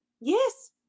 Yes